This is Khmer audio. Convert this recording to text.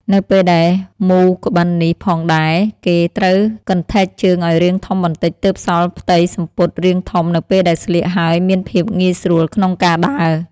នៅពេលដែលមូរក្បិននេះផងដែរគេត្រូវកន្ធែកជើងឲ្យរាងធំបន្តិចទើបសល់ផ្ទៃសំពត់រាងធំនៅពេលដែលស្លៀកហើយមានភាពងាយស្រួលក្នុងការដើរ។